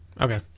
Okay